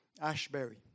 Ashbury